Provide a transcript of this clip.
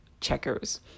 checkers